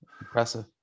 Impressive